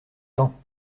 temps